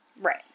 right